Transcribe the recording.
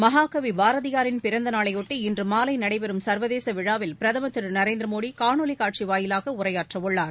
மகாகவி பாரதியாரின் பிறந்த நாளையொட்டி இன்று மாலை நடைபெறும் சர்வதேச விழாவில் பிரதமர் திரு நரேந்திர மோடி காணொலி காட்சி வாயிலாக உரையாற்றவுள்ளார்